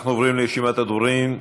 אנחנו עוברים לרשימת הדוברים.